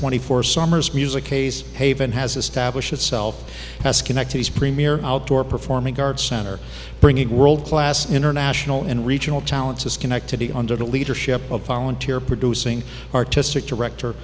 twenty four summers music ace haven has established itself as connected as premier outdoor performing arts center bringing world class international and regional talents to schenectady under the leadership of volunteer producing artistic director